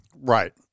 Right